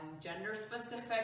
gender-specific